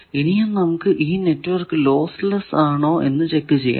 ഇനിയും നമുക്ക് ഈ നെറ്റ്വർക്ക് ലോസ് ലെസ്സ് ആണോ എന്ന് ചെക്ക് ചെയ്യണം